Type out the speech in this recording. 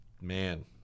Man